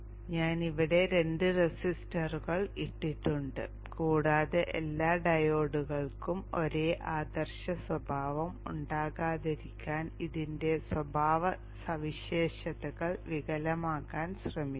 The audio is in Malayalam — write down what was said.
ഞാൻ ഇവിടെ രണ്ട് റെസിസ്റ്ററുകൾ ഇട്ടിട്ടുണ്ട് കൂടാതെ എല്ലാ ഡയോഡുകൾക്കും ഒരേ ആദർശ സ്വഭാവം ഉണ്ടാകാതിരിക്കാൻ ഇതിന്റെ സ്വഭാവ സവിശേഷതകൾ വികലമാക്കാൻ ശ്രമിക്കുന്നു